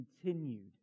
continued